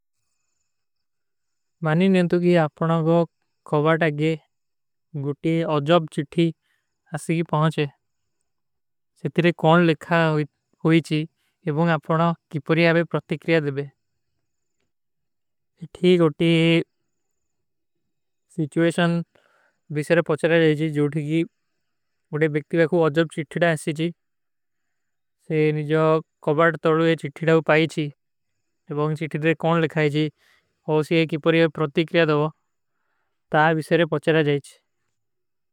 ମାନିନେଂତୁ କି ଆପକୋ କୋବାଟ ଆଗେ ଗୋଟୀ ଅଜବ ଚିଠୀ ଆସୀ କୀ ପହୁଁଚ ହୈ। ସେ ତିରେ କୌନ ଲିଖା ହୁଈ ଚୀ ଏବୋଂଗ ଆପକୋ କିପରୀ ଆବେ ପ୍ରତିକ୍ରିଯା ଦେଵେ। ଇଥୀ ଗୋଟୀ ସିଚ୍ଵେଶନ ଵିସେରେ ପଚଲା ଜାଏଜୀ ଜୋ ଥିକୀ ଉଡେ ବେକ୍ତିଲା କୁଈ ଅଜବ ଚିଠୀଡା ଆସୀ ଜୀ ସେ ଇନ ଜୋ କୌବାଟ ତୋଡୂ ଯେ ଚିଠୀଡା ଵୀ ପାଈଚୀ ଦେଵୋଂଗ ଚିଠୀଡରେ କୌନ ଲିଖା ହୈ ଜୀ ଆସୀ କୀ ପରୀ ଯେ ପ୍ରତିକ୍ରିଯା ଦେଵୋ ତା ଵିସେରେ ପଚଲା ଜାଏଜୀ।